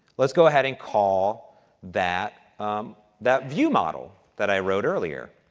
let's go ahead and call that that view model that i wrote earlier.